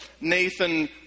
Nathan